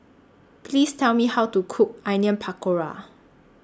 Please Tell Me How to Cook Onion Pakora